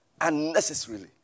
unnecessarily